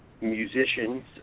musicians